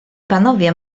panowie